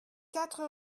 quatre